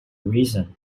reason